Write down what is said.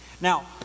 Now